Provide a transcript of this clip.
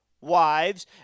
wives